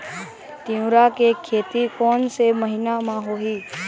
तीवरा के खेती कोन से महिना म होही?